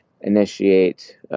initiate